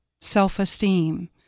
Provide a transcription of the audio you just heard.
self-esteem